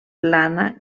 plana